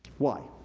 why,